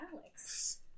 Alex